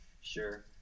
Sure